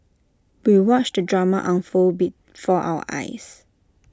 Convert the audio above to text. we watched the drama unfold before our eyes